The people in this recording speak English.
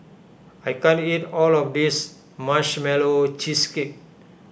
I can't eat all of this Marshmallow Cheesecake